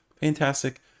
fantastic